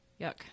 Yuck